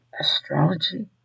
astrology